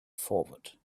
forward